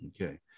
Okay